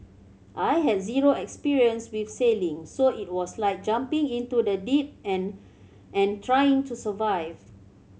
I had zero experience with sailing so it was like jumping into the deep end and trying to survive